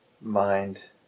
mind